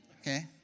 Okay